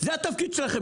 זה התפקיד שלכם.